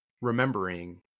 remembering